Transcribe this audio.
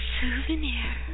souvenir